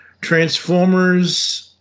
Transformers